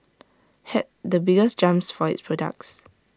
had the biggest jumps for its products